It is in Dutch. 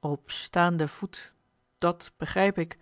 op staanden voet dàt begrijp ik